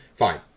Fine